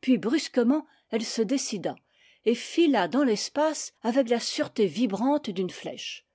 puis brusquement elle se décida et fila dans l'es pace avec la sûreté vibrante d'une flèche